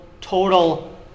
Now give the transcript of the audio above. total